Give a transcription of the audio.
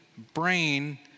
brain